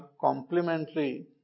complementary